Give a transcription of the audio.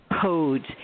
codes